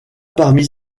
parmi